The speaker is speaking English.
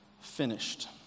finished